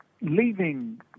leaving